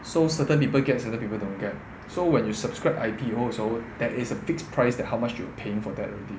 so certain people get certain people don't get so when you subscribe I_P_O 的时候 there is a fixed price that how much you're paying for that already